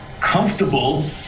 comfortable